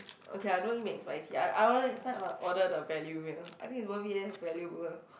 okay I don't eat McSpicy I I order that time or~ order the value meal I think it's worth it eh value meal